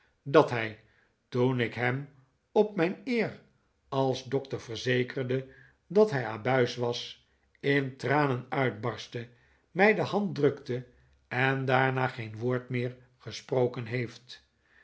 dat hij toen ik hem op mijn eer als dokter verzekerde dat hij abuis was in tranen uitbarstte mij de hand drukte en daarna geen woord meer gesproken heeft